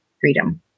freedom